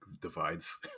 divides